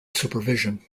supervision